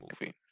movie